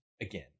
again